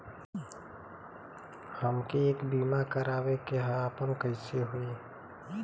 हमके एक बीमा करावे के ह आपन कईसे होई?